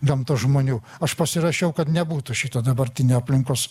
gamtos žmonių aš pasirašiau kad nebūtų šito dabartinio aplinkos